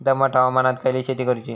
दमट हवामानात खयली शेती करूची?